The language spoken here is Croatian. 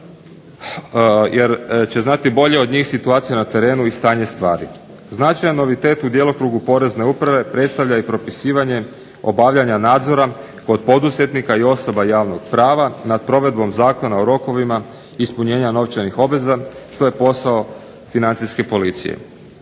jer će znati bolje od njih situaciju na terenu i stanje stvari. Značajan novitet u djelokrugu Porezne uprave predstavlja i propisivanje obavljanja nadzora kod poduzetnika i osoba javnog prava nad provedbom Zakona o rokovima ispunjenja novčanih obveza što je posao Financijske policije.